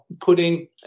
putting